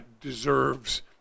deserves